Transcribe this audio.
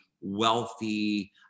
wealthy